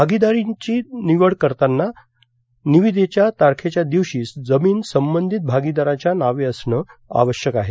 भागीदारांची निवड करताना निविदेच्या तारखेच्या दिवशी जमीन संबधित भागीदाराच्या नावे असणं आवश्यक आहे